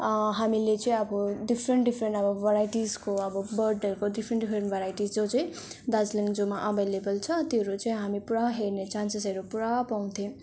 हामीले चाहिँ अब डिफ्रेन्ट डिफ्रेन्ट अब भेराइटिसको अब बर्डहरूको डिफ्रेन्ट डिफ्रेन्ट भेराइटिस जो चाहिँ दार्जिलिङ जुमा अभाएलेबल छ त्योहरू चाहिँ हामी पुरा हेर्ने चान्सेसहरू पुरा पाउँथ्यौँ